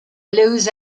blues